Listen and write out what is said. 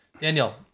Daniel